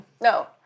No